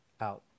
out